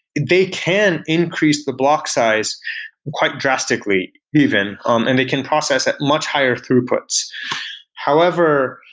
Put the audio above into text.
they can increase the block size quite drastically even, um and they can process it much higher throughputs however,